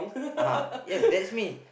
uh !huh! yes that's me